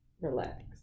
relax